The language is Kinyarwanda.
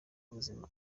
ubuzima